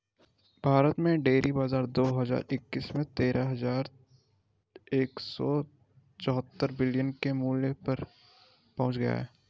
भारत में डेयरी बाजार दो हज़ार इक्कीस में तेरह हज़ार एक सौ चौहत्तर बिलियन के मूल्य पर पहुंच गया